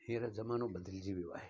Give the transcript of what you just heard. हींअर ज़मानो बदिलिजी वियो आहे